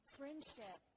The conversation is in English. friendship